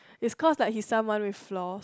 is cause he's someone with flaws